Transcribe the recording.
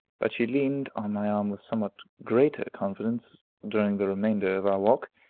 but she leaned on my arm with somewhat greater confidence during the remainder of our walk,